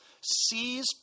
sees